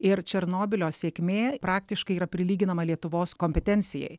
ir černobylio sėkmė praktiškai yra prilyginama lietuvos kompetencijai